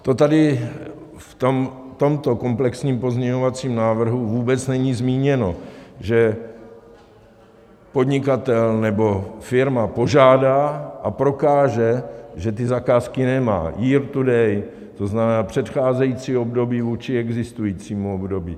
To tady v tomto komplexním pozměňovacím návrhu vůbec není zmíněno, že podnikatel nebo firma požádá a prokáže, že ty zakázky nemá, yeartoday, to znamená předcházející období vůči existujícímu období.